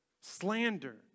Slander